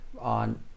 On